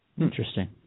interesting